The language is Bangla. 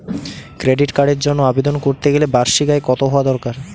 ক্রেডিট কার্ডের জন্য আবেদন করতে গেলে বার্ষিক আয় কত হওয়া দরকার?